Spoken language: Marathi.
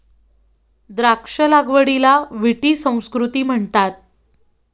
द्राक्ष लागवडीला विटी संस्कृती म्हणतात